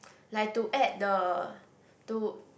like to add the to